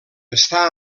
està